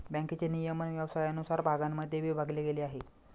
बँकेचे नियमन व्यवसायानुसार भागांमध्ये विभागले गेले आहे